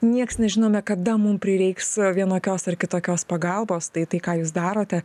nieks nežinome kada mum prireiks vienokios ar kitokios pagalbos tai tai ką jūs darote